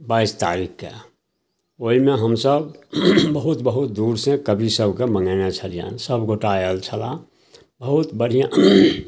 बाइस तारिखके ओहिमे हमसभ बहुत बहुत दूरसे कवि सभके मँगेने छलिअनि सभगोटा आएल छलाह बहुत बढ़िआँ